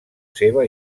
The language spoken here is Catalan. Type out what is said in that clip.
seva